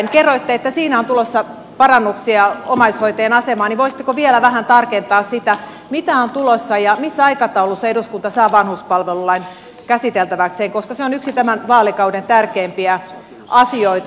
kun kerroitte että siinä on tulossa parannuksia omaishoitajien asemaan niin voisitteko vielä vähän tarkentaa sitä mitä on tulossa ja missä aikataulussa eduskunta saa vanhuspalvelulain käsiteltäväkseen koska se on yksi tämän vaalikauden tärkeimpiä asioita